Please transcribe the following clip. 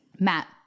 Matt